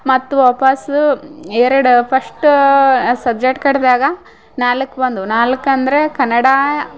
ಮತ್ತೆ ವಾಪಸ್ಸು ಎರಡು ಫಸ್ಟ ಸಬ್ಜೆಕ್ಟ್ ಕಟ್ಟಿದಾಗ ನಾಲ್ಕು ಬಂದವು ನಾಲ್ಕು ಅಂದರೆ ಕನ್ನಡ